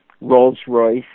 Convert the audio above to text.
Rolls-Royce